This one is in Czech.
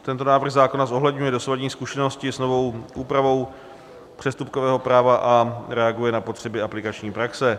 Tento návrh zákona zohledňuje dosavadní zkušenosti s novou úpravou přestupkového práva a reaguje na potřeby aplikační praxe.